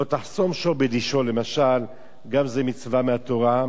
"לא תחסֹם שור בדישו", למשל, גם זו מצווה מהתורה.